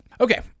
Okay